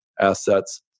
assets